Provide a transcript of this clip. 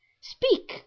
speak